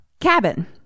cabin